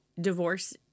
divorce